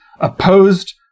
Opposed